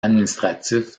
administratif